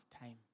time